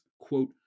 quote